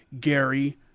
Gary